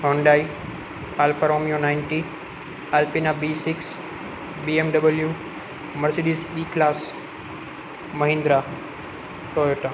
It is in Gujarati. Hyundai Alfa Romeo ninety Alpina B six BMW Mercedes E class Mahindra Toyota